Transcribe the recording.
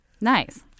Nice